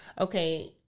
okay